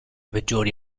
peggiori